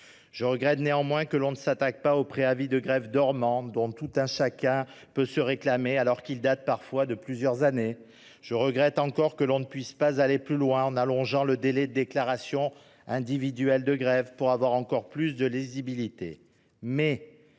que cette proposition de loi ne s'attaque pas aux préavis de grèves dormants, dont tout un chacun peut se réclamer, alors qu'ils datent parfois de plusieurs années. Je déplore également que l'on ne puisse pas aller plus loin, en allongeant le délai de déclaration individuelle de grève, pour avoir encore plus de lisibilité.